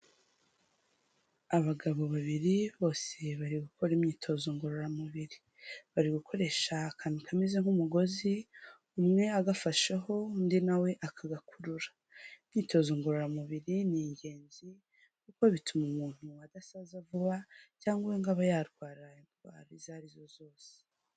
Abagabo babiri bose bari gukora imyitozo ngororamubiri, bari gukoresha akantu kameze nk'umugozi umwe agafasheho undi nawe akagakurura, imyitozo ngororamubiri ni ingenzi kuko bituma umuntu adasaza vuba cyangwa ngo aba yarwara indwara izo arizo zose.